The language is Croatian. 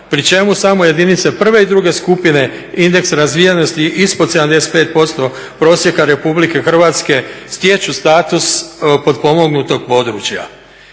pri čemu samo jedinice prve i druge skupine indeks razvijenosti ispod 75% prosjeka Republike Hrvatske stječu status potpomognutog područja.